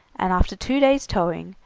and after two days' towing,